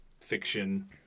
fiction